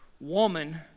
Woman